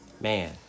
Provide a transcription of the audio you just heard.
Man